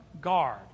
guard